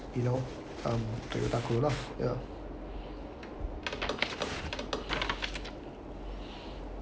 you know mm toyota corola you know